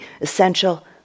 essential